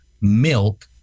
milk